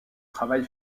travail